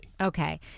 Okay